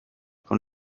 con